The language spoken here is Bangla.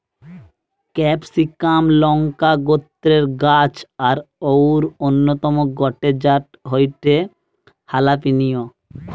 ক্যাপসিমাক লংকা গোত্রের গাছ আর অউর অন্যতম গটে জাত হয়ঠে হালাপিনিও